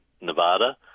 Nevada